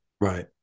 Right